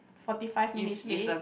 forty five minutes late